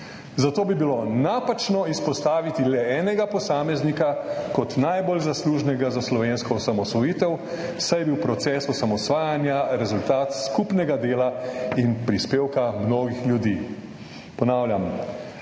Zato bi bilo napačno izpostaviti le enega posameznika kot najbolj zaslužnega za slovensko osamosvojitev, saj je bil proces osamosvajanja rezultat skupnega dela in prispevka mnogih ljudi. Ponavljam,